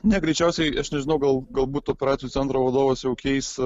ne greičiausiai aš nežinau gal galbūt operacijų centro vadovas jau keis